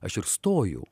aš ir stojau